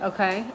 Okay